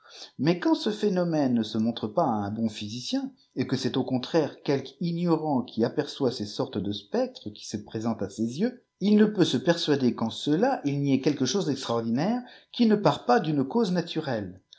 mais quand ce phénomène ne se montre pas à un bon physicien et que c'est au contraire quelque ignorant qui aperçoit ces sortes âe spectres qui se présentent à ses yeux il ne peut se persuader qu'en cela il n'y ait qiielque chose d'traordinaire qui ne parle pas d'une cause naturelle